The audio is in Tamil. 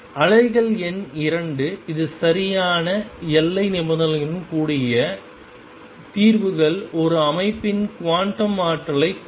அலைகள் எண் 2 இது சரியான எல்லை நிபந்தனைகளுடன் கூடிய தீர்வுகள் ஒரு அமைப்பின் குவாண்டம் ஆற்றல்களைக் கொடுக்கும்